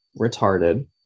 retarded